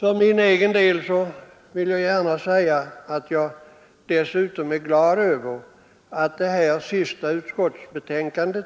För min egen del vill jag gärna säga, att jag dessutom är glad över att det sista betänkande